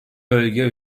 bölge